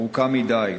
ארוכה מדי,